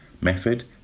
method